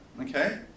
Okay